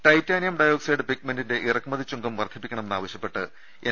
titanium dioxide പിഗ്മെന്റിന്റെ ഇറക്കുമതി ചുങ്കം വർധിപ്പി ക്കണമെന്നാവശ്യപ്പെട്ട് എൻ